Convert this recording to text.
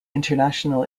international